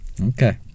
Okay